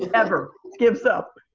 ever gives up.